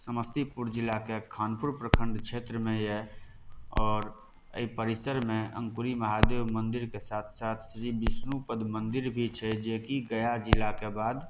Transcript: समस्तीपुर जिलाके खानपुर प्रखंड क्षेत्रमे यऽ आओर एहि परिसरमे अंकुरी महादेव मन्दिरके साथ साथ श्री विष्णुपद मन्दिर भी छै जेकी गया जिलाके बाद